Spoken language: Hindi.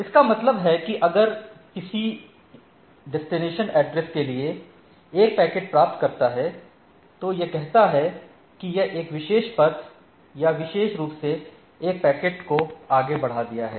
इसका मतलब है कि अगर यह किसी डेस्टिनेशन एड्रेस के लिए एक पैकेट प्राप्त करता है तो यह कहता है कि यह एक विशेष पथ या विशेष रूप से एक पैकेट को आगे बढ़ा दिया है